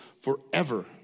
forever